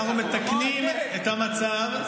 אנחנו מתקנים את המצב,